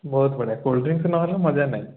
ବହୁତ ବଢ଼ିଆ cold drinks ନ ହେଲେ ମଜା ନାହିଁ